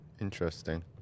Interesting